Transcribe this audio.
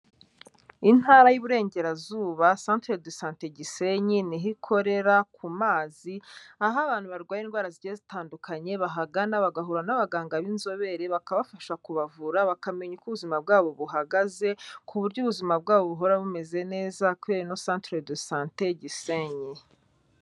Intara y'Iburengerazuba, Centre de Sante Gisenyi niho ikorera ku mazi aho abantu barwaye indwara zigiye zitandukanye bahagana, bagahura n'abaganga b'inzobere bakabafasha kubavura bakamenya uko ubuzima bwabo buhagaze ku buryo ubuzima bwabo buhora bumeze neza kubera ino Centre de Sante Gisenyi.